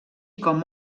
com